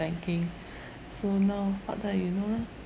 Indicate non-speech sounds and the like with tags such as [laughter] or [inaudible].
banking [breath] so now part time you know lah